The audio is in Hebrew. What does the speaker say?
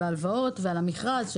על ההלוואות ועל המכרז,